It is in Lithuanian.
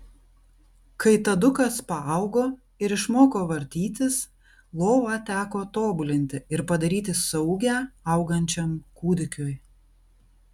kai tadukas paaugo ir išmoko vartytis lovą teko tobulinti ir padaryti saugią augančiam kūdikiui